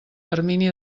termini